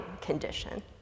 condition